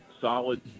solid